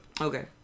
Okay